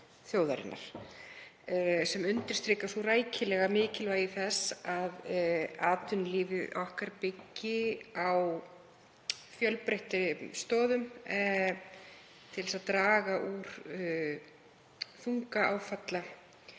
þjóðarinnar sem undirstrika rækilega mikilvægi þess að atvinnulífið byggi á fjölbreyttari stoðum til að draga úr þunga áfalla